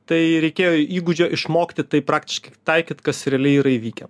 tai reikėjo įgūdžio išmokti tai praktiškai taikyt kas realiai yra įvykę